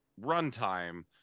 runtime